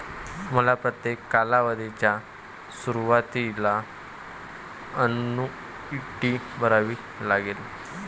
तुम्हाला प्रत्येक कालावधीच्या सुरुवातीला अन्नुईटी भरावी लागेल